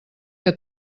que